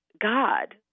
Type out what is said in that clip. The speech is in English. God